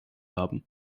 haben